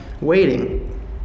waiting